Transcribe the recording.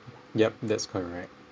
yup that's correct